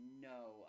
No